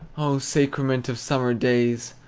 oh, sacrament of summer days,